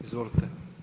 Izvolite.